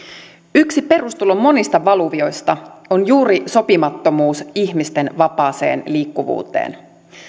yksi perustulon monista valuvioista on juuri sopimattomuus ihmisten vapaaseen liikkuvuuteen